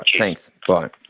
thanks, but